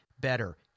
better